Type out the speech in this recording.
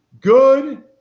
good